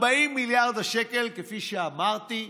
40 מיליארד השקל, כפי שאמרתי,